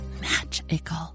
magical